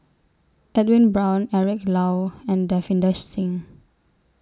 Edwin Brown Eric Low and Davinder Singh